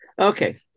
Okay